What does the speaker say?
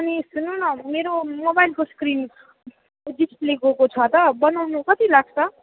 अनि सुन्नु न मेरो मोबाइलको स्क्रिन डिसप्ले गएको छ त बनाउन कति लाग्छ